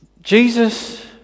jesus